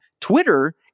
Twitter